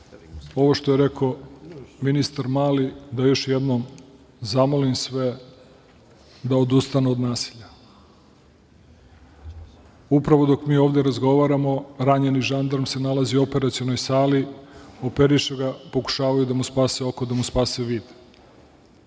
ovo što je rekao ministar Mali da još jednom zamolim sve da odustanu od nasilja. Upravo dok mi ovde razgovaramo ranjeni žandarm se nalazi u operacionoj sali, operiše ga, pokušavaju da mu spasu oko, da mu spasu vid. Nije